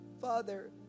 Father